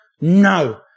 no